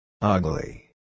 Ugly